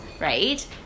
right